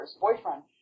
boyfriend